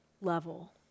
level